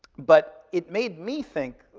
but it made me think,